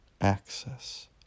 access